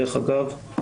דרך אגב,